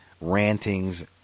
rantings